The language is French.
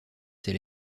ses